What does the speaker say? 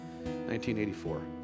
1984